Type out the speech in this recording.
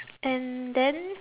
and then